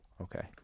Okay